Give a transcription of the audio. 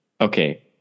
Okay